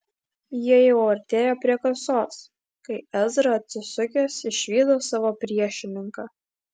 jie jau artėjo prie kasos kai ezra atsisukęs išvydo savo priešininką